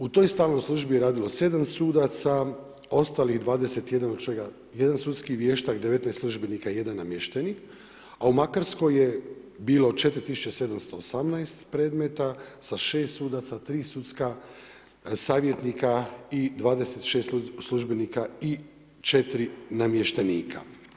U toj stalnoj službi je radilo 7 sudaca ostalih 21 od čega 1 sudski vještak, 19 službenika i 1 namještenik, a u Makarskoj je bilo 4718 predmeta sa 6 sudaca, 3 sudska savjetnika i 26 službenika i 4 namještenika.